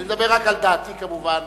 אני מדבר רק על דעתי, כמובן.